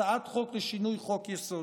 הצעת חוק לשינוי חוק-יסוד.